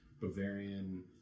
Bavarian